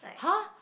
!huh!